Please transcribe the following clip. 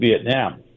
Vietnam